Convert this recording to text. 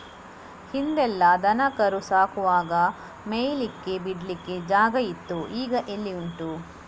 ಹಿಂದೆಲ್ಲ ದನ ಕರು ಸಾಕುವಾಗ ಮೇಯ್ಲಿಕ್ಕೆ ಬಿಡ್ಲಿಕ್ಕೆ ಜಾಗ ಇತ್ತು ಈಗ ಎಲ್ಲಿ ಉಂಟು